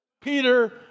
Peter